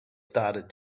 started